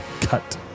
cut